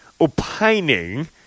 Opining